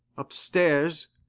upstairs.